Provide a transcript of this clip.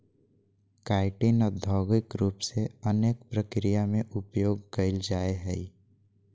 chitin औद्योगिक रूप से अनेक प्रक्रिया में उपयोग कइल जाय हइ